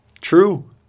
true